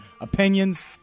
opinions